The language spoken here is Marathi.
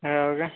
हो का